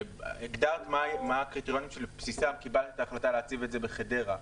והגדרת מה הקריטריונים על בסיסם קיבלת את ההחלטה להציב את זה בחדרה,